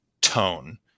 tone